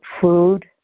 food